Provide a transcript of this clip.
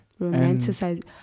romanticize